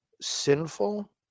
sinful